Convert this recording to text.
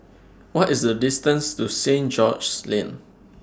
What IS The distance to Saint George's Lane